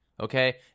okay